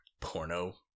porno